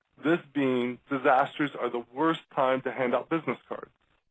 this being, disasters are the worst time to hand out business cards.